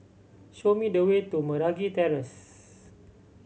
show me the way to Meragi Terrace